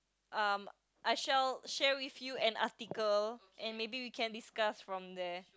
um I shall share with you an article and maybe we can discuss from there